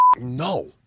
No